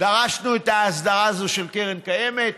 דרשנו את ההסדרה הזו של קרן קיימת.